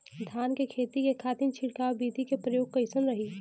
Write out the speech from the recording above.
धान के खेती के खातीर छिड़काव विधी के प्रयोग कइसन रही?